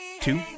two